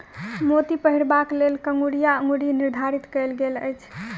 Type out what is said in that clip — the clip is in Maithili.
मोती पहिरबाक लेल कंगुरिया अंगुरी निर्धारित कयल गेल अछि